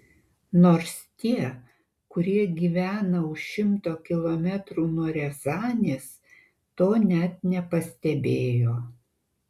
nors tie kurie gyvena už šimto kilometrų nuo riazanės to net nepastebėjo